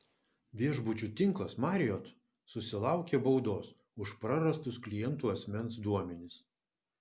viešbučių tinklas marriott susilaukė baudos už prarastus klientų asmens duomenis